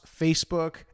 Facebook